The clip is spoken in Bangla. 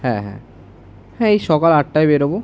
হ্যাঁ হ্যাঁ হ্যাঁ এই সকাল আটটায় বেরোব